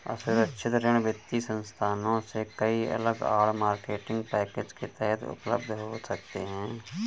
असुरक्षित ऋण वित्तीय संस्थानों से कई अलग आड़, मार्केटिंग पैकेज के तहत उपलब्ध हो सकते हैं